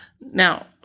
Now